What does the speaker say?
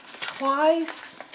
twice